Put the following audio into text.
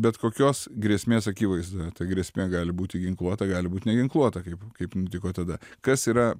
bet kokios grėsmės akivaizdoje tai grėsmė gali būti ginkluota gali būt neginkluota kaip kaip nutiko tada kas yra